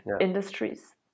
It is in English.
industries